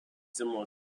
similar